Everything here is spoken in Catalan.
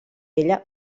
ella